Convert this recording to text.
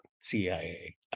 CIA